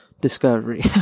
discovery